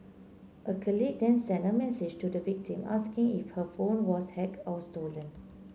a colleague then sent a message to the victim asking if her phone was hacked or stolen